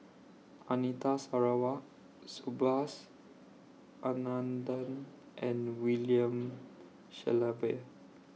Anita Sarawak Subhas Anandan and William Shellabear